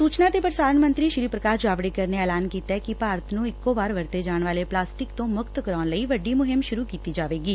ਸੁਚਨਾ ਤੇ ਪੁਸਾਰਣ ਮੰਤਰੀ ਪੁਕਾਸ਼ ਜਾਵੜੇਕਰ ਨੇ ਐਲਾਨ ਕੀਤੈ ਕਿ ਭਾਰਤ ਨੂੰ ਇਕੋ ਵਾਰ ਵਰਤੇ ਜਾਣ ਵਾਲੇ ਪੱਲਾਸਟਿਕ ਤੋਂ ਮੁਕਤ ਕਰਾਉਣ ਲਈ ਵੱਡੀ ਮੁਹਿੰਮ ਸੁਰੂ ਕੀਤੀ ਜਾਵੇਗੀ